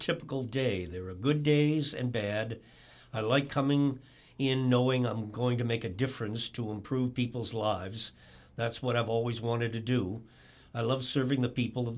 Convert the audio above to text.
typical day there are good days and bad i like coming in knowing i'm going to make a difference to improve people's lives that's what i've always wanted to do i love serving the people